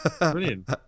Brilliant